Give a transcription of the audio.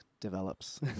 develops